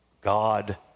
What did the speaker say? God